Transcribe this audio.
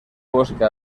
bosque